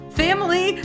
family